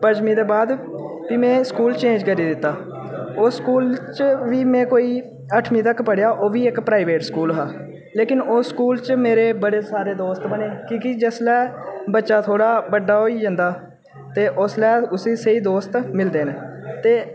पंजमी दे बाद भी में स्कूल चेंज करी दित्ता उस स्कूल च बी में कोई अट्ठमी तक पढ़ेआ ते ओह् बी इक प्राइवेट स्कूल हा लेकिन उस स्कूल च मेरे बड़े सारे दोस्त बने क्योंकि जिसलै बच्चा थोह्ड़ा बड्डा होई जंदा ते उसलै उसी स्हेई दोस्त मिलदे न ते